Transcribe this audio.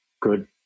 good